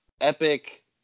epic